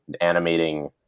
animating